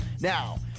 Now